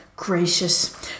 Gracious